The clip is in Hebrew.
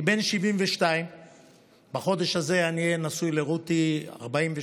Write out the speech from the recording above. אני בן 72. בחודש הזה אני אהיה נשוי לרותי 48 שנים.